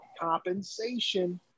compensation